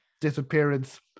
disappearance